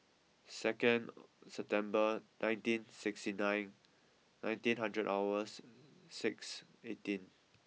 second September nineteen sixty nine nineteen hundred hours six eighteen